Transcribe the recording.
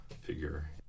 figure